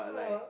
uh